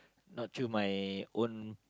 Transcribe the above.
not through my own